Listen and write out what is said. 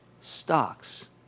Stocks